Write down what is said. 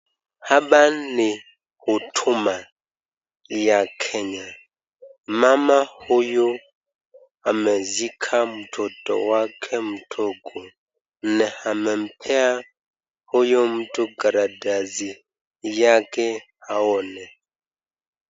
Hapa huyu ni huduma ya Kenya ,mama huyu ameshika mtoto wake mdogo. Na amempea huyu mtu karatasi yake aone.